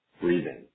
breathing